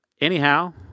anyhow